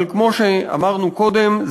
אבל כמו שאמרנו קודם,